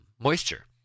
moisture